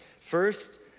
First